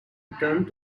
returned